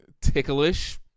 Ticklish